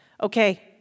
Okay